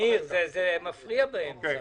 ניר, זה מפריע באמצע.